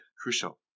crucial